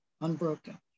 unbroken